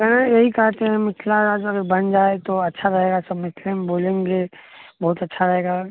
हम भी यही कहते है मिथिला राज्य अगर बन जाए तो अच्छा रहेगा सब मैथिलीमे बोलेंगे बहुत अच्छा रहेगा